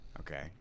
Okay